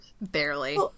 Barely